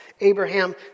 Abraham